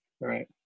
Right